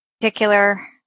particular